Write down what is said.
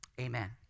amen